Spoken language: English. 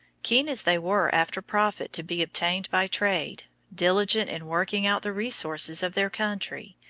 keen as they were after profit to be obtained by trade diligent in working out the resources of their country,